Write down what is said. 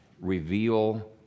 reveal